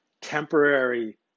temporary